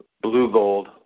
blue-gold